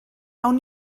awn